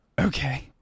Okay